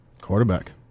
Quarterback